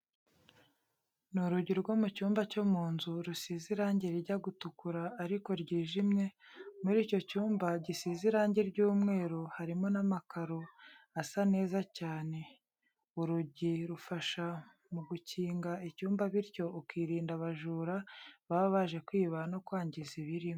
Ni urugi rwo mu cyumba cyo mu nzu rusize irange rijya gutukura ariko ryijimye, muri icyo cyumba gisize irange ry'umweru harimo n'amakaro asa neza cyane, urugi rufasha mu gukinga icyumba bityo ukirinda abajura baba baje kwiba no kwangiza ibirimo.